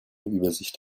übersicht